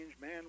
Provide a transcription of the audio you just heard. man